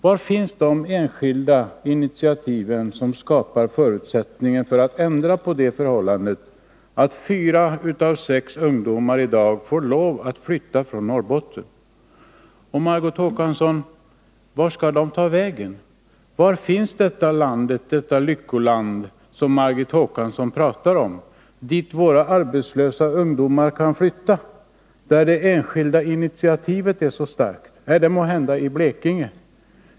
Var finns de enskilda initiativ som skapar förutsättningen för att ändra på det förhållandet att fyra av sex ungdomar i dag får lov att flytta från Norrbotten? Och, Margot Håkansson, vart skall de ta vägen? Var finns detta lyckoland som Margot Håkansson pratar om, dit våra arbetslösa ungdomar kan flytta, när det enskilda initiativet är så starkt? Är det måhända i Blekinge?